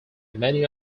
many